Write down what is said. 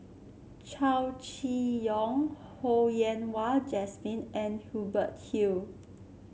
Chow Chee Yong Ho Yen Wah Jesmine and Hubert Hill